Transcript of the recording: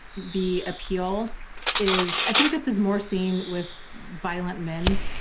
the appeal is. i think this is more seen with violent men,